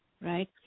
right